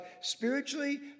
spiritually